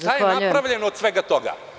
Šta je napravljeno od svega toga?